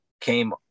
came